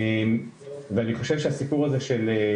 ואני חושב שהסיפור הזה של,